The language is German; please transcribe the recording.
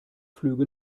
flüge